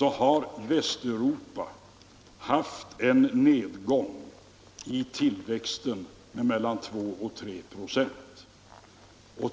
har Västeuropa haft en nedgång i tillväxten med mellan 2 och 3 96.